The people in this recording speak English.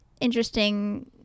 interesting